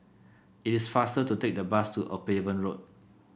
it is faster to take the bus to Upavon Road